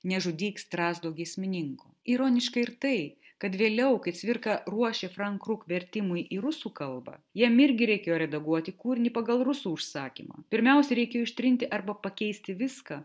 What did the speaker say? nežudyk strazdo giesmininko ironiška ir tai kad vėliau kai cvirka ruošė frank kruk vertimui į rusų kalbą jam irgi reikėjo redaguoti kūrinį pagal rusų užsakymą pirmiausia reikėjo ištrinti arba pakeisti viską